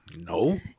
No